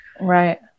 right